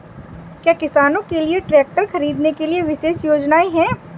क्या किसानों के लिए ट्रैक्टर खरीदने के लिए विशेष योजनाएं हैं?